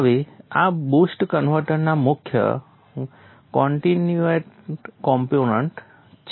હવે આ બૂસ્ટ કન્વર્ટરના મુખ્ય કોન્સ્ટીટ્યૂએંટ કોમ્પોનેન્ટ્સ છે